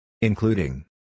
Including